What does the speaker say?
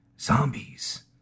Zombies